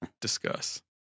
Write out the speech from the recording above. discuss